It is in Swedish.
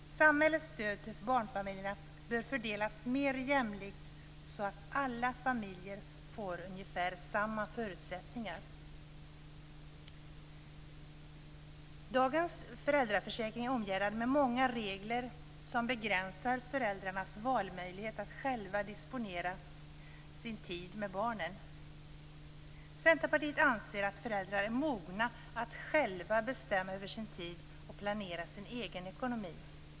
Samhällets stöd till barnfamiljerna bör fördelas mer jämlikt, så att alla familjer får ungefär samma förutsättningar. Dagens föräldraförsäkring är omgärdad med många regler som begränsar föräldrarnas valmöjlighet att själva disponera sin tid med barnen. Centerpartiet anser att föräldrar är mogna att själva bestämma över sin tid och planera sin egen ekonomi.